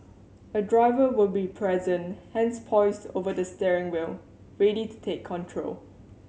a driver will be present hands poised over the steering wheel ready to take control